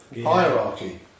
hierarchy